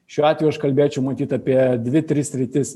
šiuo atveju aš kalbėčiau matyt apie dvi tris sritis